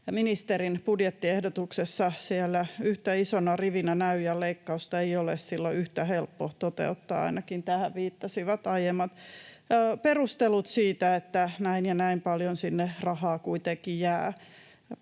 ministerin budjettiehdotuksessa siellä yhtä isona rivinä näy, jolloin leikkausta ei olisi yhtä helppo toteuttaa. Ainakin tähän viittasivat aiemmat perustelut siitä, että näin ja näin paljon sinne rahaa kuitenkin jää.